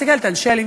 מסתכלת על שלי,